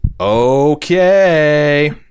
Okay